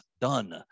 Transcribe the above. done